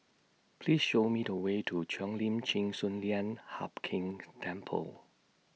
Please Show Me The Way to Cheo Lim Chin Sun Lian Hup Keng's Temple